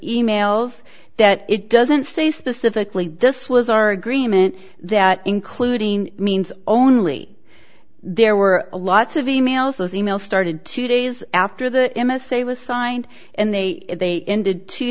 e mails that it doesn't say specifically this was our agreement that including means only there were a lots of e mails those e mails started two days after the ima say was signed and they ended two